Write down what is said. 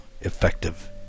effective